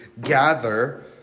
gather